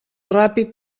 ràpid